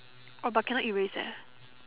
orh but can not erase eh